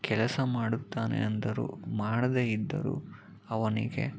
ಕೆಲಸ ಮಾಡುತ್ತಾನೆ ಅಂದರೂ ಮಾಡದೇಯಿದ್ದರು ಅವನಿಗೆ